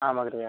आम् अग्रजा